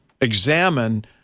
examine